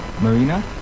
Marina